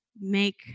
make